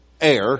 air